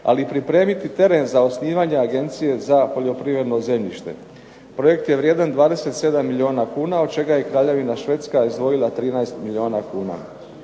ali i pripremiti teren za osnivanje agencije za poljoprivredno zemljište. Projekt je vrijedan 27 milijuna kuna od čega je Kraljevina Švedska izdvojila 13 milijuna kuna.